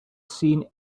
seen